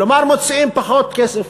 כלומר מוציאים פחות כסף.